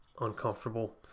uncomfortable